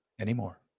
anymore